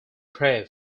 pray